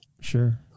Sure